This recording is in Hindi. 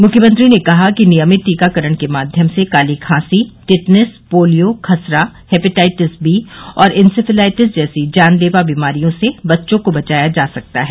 मुख्यमंत्री ने कहा कि नियमित टीकाकरण के माध्यम से काली खांसी टिटनेस पोलियों खसरा हेपेटाइटिस बी और इन्सेफेलाइटस जैसी जानलेवा बीमारियों से बच्चों को बचाया जा सकता है